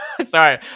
Sorry